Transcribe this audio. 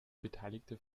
beteiligte